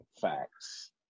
Facts